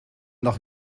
doch